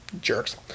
jerks